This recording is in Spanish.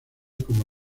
como